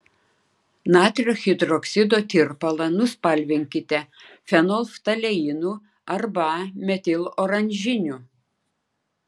natrio hidroksido tirpalą nuspalvinkite fenolftaleinu arba metiloranžiniu